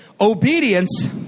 Obedience